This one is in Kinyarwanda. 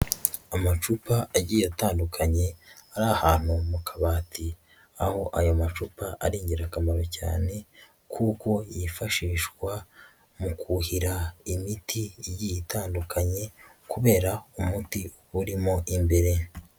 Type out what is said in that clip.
Amacupa agiye atandukanye ari ahantu mukabati aho aya macupa ari ingirakamaro cyane kuko yifashishwa mukuhira imiti igiye itandukanye kubera umuti urimo imbere.